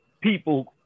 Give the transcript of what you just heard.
people